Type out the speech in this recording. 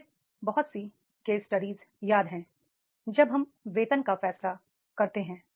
मुझे बहुत सी केस स्टडी याद है जब हम वेतन का फैसला करते हैं